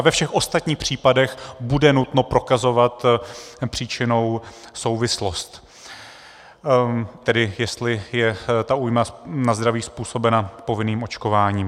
Ve všech ostatních případech bude nutno prokazovat příčinnou souvislost, tedy jestli je újma na zdraví způsobena povinným očkováním.